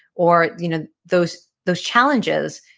or you know those those challenges,